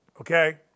Okay